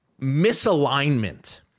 misalignment